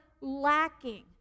lacking